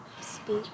speak